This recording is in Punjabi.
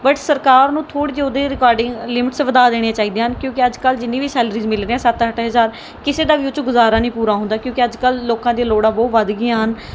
ਬਟ ਸਰਕਾਰ ਨੂੰ ਥੋੜ੍ਹੀ ਜਿਹੀ ਉਹਦੇ ਰਿਗਾਡਿੰਗ ਲਿਮਿਟਸ ਵਧਾ ਦੇਣੀਆ ਚਾਹੀਦੀਆਂ ਹਨ ਕਿਉਂਕਿ ਅੱਜ ਕੱਲ੍ਹ ਜਿੰਨੀ ਵੀ ਸੈਲਰੀਜ਼ ਮਿਲ ਰਹੀਆਂ ਸੱਤ ਅੱਠ ਹਜ਼ਾਰ ਕਿਸੇ ਦਾ ਵੀ ਉਹ 'ਚ ਗੁਜ਼ਾਰਾ ਨਹੀਂ ਪੂਰਾ ਹੁੰਦਾ ਕਿਉਂਕਿ ਅੱਜ ਕੱਲ੍ਹ ਲੋਕਾਂ ਦੀਆਂ ਲੋੜਾਂ ਬਹੁਤ ਵੱਧ ਗਈਆਂ ਹਨ